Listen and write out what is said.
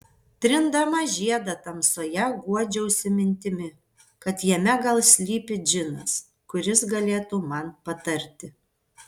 trindama žiedą tamsoje guodžiausi mintimi kad jame gal slypi džinas kuris galėtų man patarti